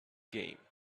game